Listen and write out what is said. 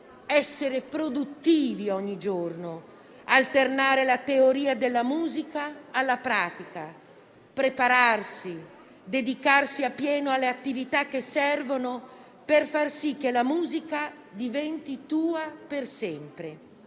essere produttivi ogni giorno; alternare la teoria della musica alla pratica; prepararsi, dedicarsi appieno alle attività che servono per far sì che la musica diventi tua per sempre,